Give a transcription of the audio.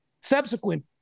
subsequent